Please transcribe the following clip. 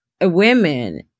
women